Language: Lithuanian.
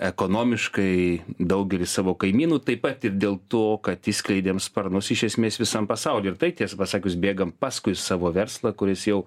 ekonomiškai daugelį savo kaimynų taip pat ir dėl to kad išskleidėm sparnus iš esmės visam pasaulyje ir taip tiesą pasakius bėgam paskui savo verslą kuris jau